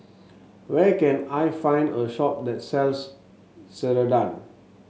where can I find a shop that sells Ceradan